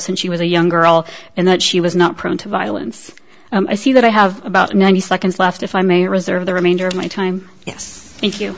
since she was a young girl and that she was not prone to violence i see that i have about ninety seconds left if i may reserve the remainder of my time yes